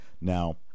now